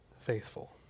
faithful